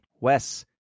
Wes